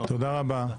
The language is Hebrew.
תודה רבה.